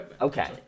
Okay